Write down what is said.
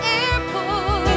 airport